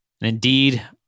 indeed